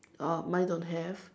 uh mine don't have